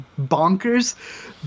bonkers